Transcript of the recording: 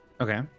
Okay